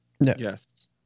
Yes